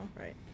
Right